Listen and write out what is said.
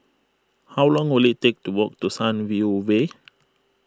how long will it take to walk to Sunview Way